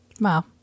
Wow